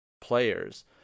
players